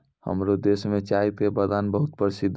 हमरो देश मॅ चाय के बागान बहुत प्रसिद्ध छै